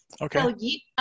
Okay